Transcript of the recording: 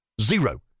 zero